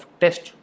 test